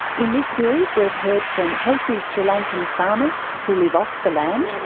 in this series we've heard from healthy sri lankan farmers who live off the land.